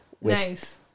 Nice